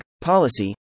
policy